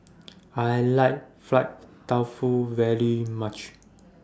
I like Fried Tofu very much